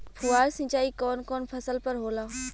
फुहार सिंचाई कवन कवन फ़सल पर होला?